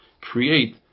create